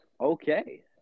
Okay